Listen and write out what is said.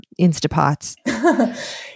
Instapots